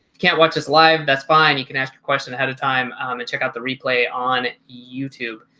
can't watch us live that's fine. you can ask your question ahead of time and check out the replay on youtube.